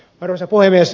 arvoisa puhemies